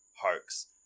hoax